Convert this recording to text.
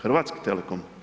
Hrvatski Telekom?